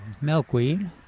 milkweed